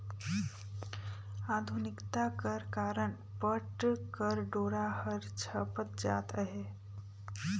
आधुनिकता कर कारन पट कर डोरा हर छपत जात अहे